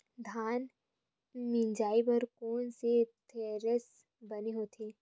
धान मिंजई बर कोन से थ्रेसर बने होथे?